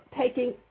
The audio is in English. taking